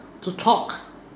to talk